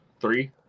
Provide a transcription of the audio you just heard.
Three